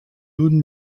nun